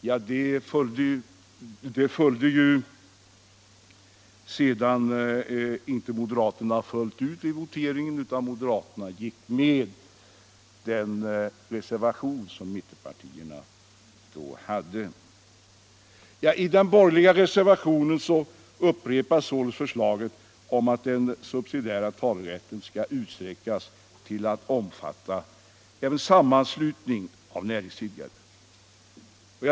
Moderaterna följde inte upp det förslaget vid vo Näringsidkares rätt teringen, utan de anslöt sig till mittenpartiernas reservation. att föra talan enligt I den borgerliga reservationen till dagens betänkande upprepas således marknadsföringslaförslaget om att den subsidiära talerätten skall utsträckas till att omfatta — gen en sammanslutning av näringsidkare.